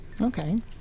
okay